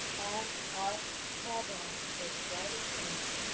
and our tagline is, driving change,